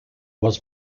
was